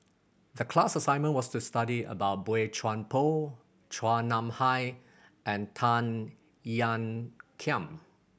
the class assignment was to study about Boey Chuan Poh Chua Nam Hai and Tan Ean Kiam